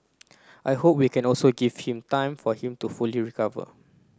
I hope we can also give him time for him to fully recover